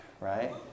right